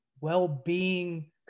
well-being